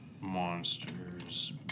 Monsters